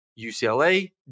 UCLA